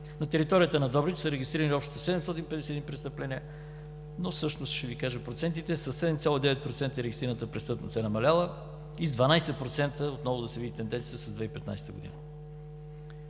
На територията на Добрич са регистрирани общо 751 престъпления. Ще Ви кажа процентите – със 7,9% регистрираната престъпност е намаляла, и с 12%, отново да се види тенденцията с 2015 г.